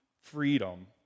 freedom